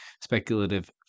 speculative